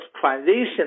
transition